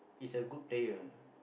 is a good player